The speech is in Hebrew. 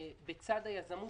בצד היזמות